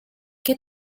que